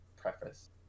preface